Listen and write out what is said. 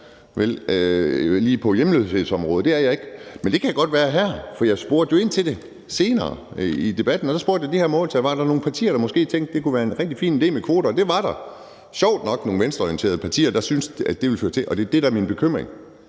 at man indfører kvoter. Det er jeg ikke. Men det kan jeg godt være her, for jeg spurgte jo ind til det senere i debatten, hvor jeg spurgte, om der er nogen partier, der måske tænkte, at det måske kunne være en rigtig fin idé med kvoter, og det var der sjovt nok nogle venstreorienterede partier der syntes, og det er det, der er min bekymring.